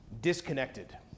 disconnected